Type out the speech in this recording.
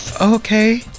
Okay